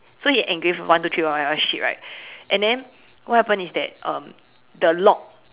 so he engraved one two three four five all this shit right and then what happen is that um the lock